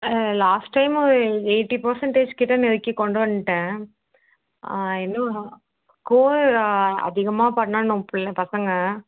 லாஸ்ட்டைமும் eighty பர்சண்டேஜ்கிட்ட நெருக்கி கொண்டு வந்துவிட்டேன் இன்னும் கோல் அதிகமாக பண்ணனும் பிள்ள பசங்க